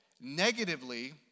negatively